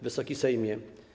Wysoki Sejmie!